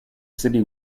city